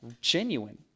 genuine